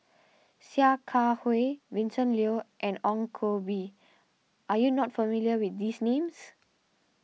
Sia Kah Hui Vincent Leow and Ong Koh Bee are you not familiar with these names